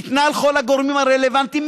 ניתנה לכל הגורמים הרלוונטיים,